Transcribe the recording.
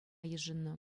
йышӑннӑ